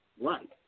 Right